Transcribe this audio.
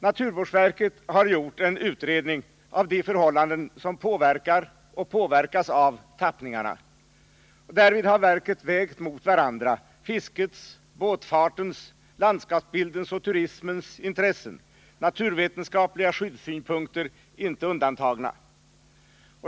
Naturvårdsverket har gjort en utredning av de förhållanden som påverkar och påverkas av tappningarna. Därvid har verket vägt mot varandra fiskets, båtfartens, landskapsbildens och turismens intressen, naturvetenskapliga skyddssynpunkter inte undantagna.